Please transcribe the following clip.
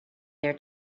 their